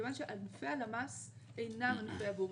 מכיוון שענפי הלמ"ס אינם ענפי הבורסה.